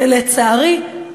לצערי,